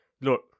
Look